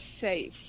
safe